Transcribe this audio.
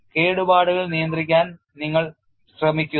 കേടുപാടുകൾ നിയന്ത്രിക്കാൻ നിങ്ങൾ ശ്രമിക്കുന്നു